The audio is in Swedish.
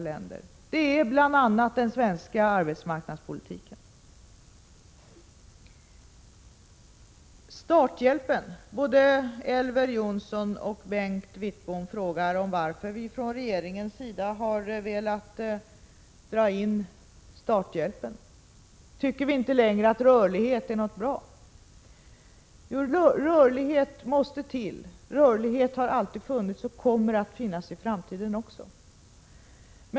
1986/87:94 bl.a. den svenska arbetsmarknadspolitiken. 25 mars 1987 Både Elver Jonsson och Bengt Wittbom frågar varför regeringen har velat dra in starthjälpen. Tycker regeringen inte längre att rörlighet är bra? Jo, rörlighet måste till — rörlighet har alltid funnits och kommer att finnas i framtiden också.